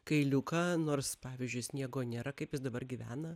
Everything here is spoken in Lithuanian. kailiuką nors pavyzdžiui sniego nėra kaip jis dabar gyvena